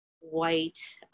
white